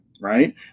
Right